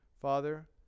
Father